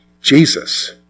Jesus